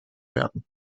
werden